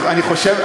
אני חושב,